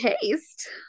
Taste